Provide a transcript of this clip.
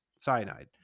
cyanide